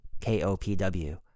KOPW